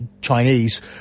Chinese